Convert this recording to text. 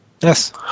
Yes